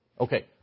Okay